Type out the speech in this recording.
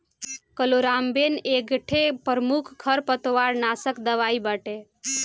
chloramben एकठे प्रमुख खरपतवारनाशक दवाई बाटे